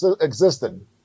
existed